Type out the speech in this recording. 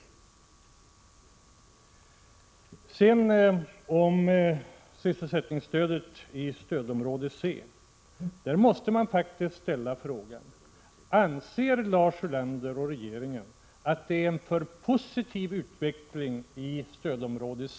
Vad gäller sysselsättningsstödet i stödområde C måste man faktiskt ställa frågan: Anser Lars Ulander och regeringen att det är en för positiv utveckling istödområde C?